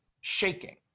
shaking